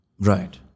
Right